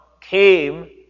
came